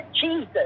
Jesus